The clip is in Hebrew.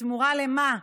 בתמורה למה?